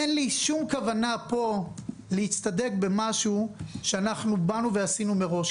אין לי שום כוונה פה להצטדק במשהו שאנחנו באנו ועשינו מראש,